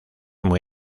muy